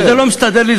שזה לא מסתדר לי,